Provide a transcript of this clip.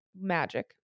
magic